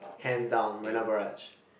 hands down Marina-Barrage